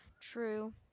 true